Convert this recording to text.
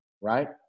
right